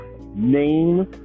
name